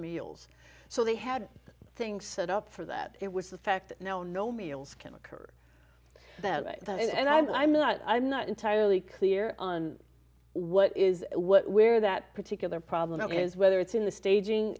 meals so they had things set up for that it was the fact no no meals can occur and i'm not i'm not entirely clear on what is where that particular problem is whether it's in the staging